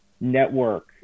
network